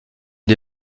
une